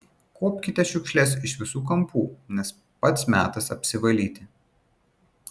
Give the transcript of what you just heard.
kuopkite šiukšles iš visų kampų nes pats metas apsivalyti